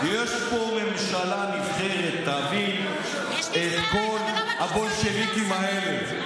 יש פה ממשלה נבחרת, תבין את כל הבולשביקים האלה,